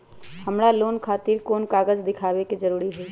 हमरा लोन खतिर कोन कागज दिखावे के जरूरी हई?